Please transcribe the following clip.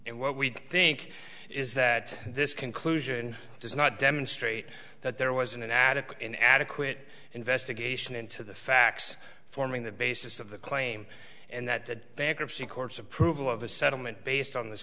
and what we think is that this conclusion does not demonstrate that there was an adequate an adequate investigation into the facts forming the basis of the claim and that the bankruptcy courts approval of a settlement based on this